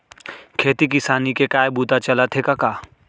खेती किसानी के काय बूता चलत हे कका?